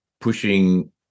pushing